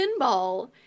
pinball